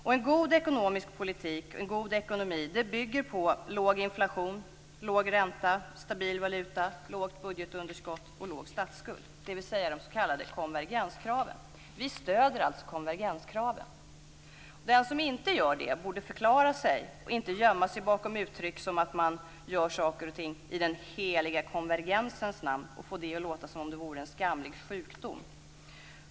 Och en god ekonomisk politik och en god ekonomi bygger på låg inflation, låg ränta, stabil valuta, litet budgetunderskott och liten statsskuld, dvs. de s.k. konvergenskraven. Vi stöder alltså konvergenskraven. Den som inte gör det borde förklara sig och inte gömma sig bakom uttryck som att man gör saker och ting i den heliga konvergensens namn och få det att låta som om det vore en skamlig sjukdom. Fru talman!